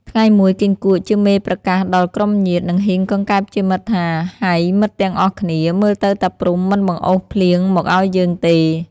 ថ្ងៃមួយគីង្គក់ ជាមេប្រកាសដល់ក្រុមញាតិ និងហ៊ីងកង្កែបជាមិត្តថា “ ហៃមិត្តទាំងអស់គ្នា! មើលទៅតាព្រហ្មមិនបង្អុរភ្លៀងមកឱ្យយើងទេ។